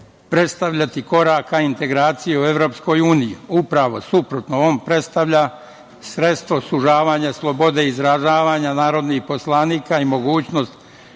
predstavljati korak ka integraciji u EU. Upravo suprotno, on predstavlja sredstvo sužavanja slobode izražavanja narodnih poslanika i mogućnost